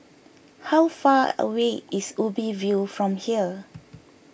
how far away is Ubi View from here